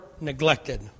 neglected